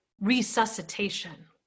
resuscitation